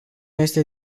este